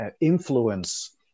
influence